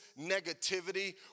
negativity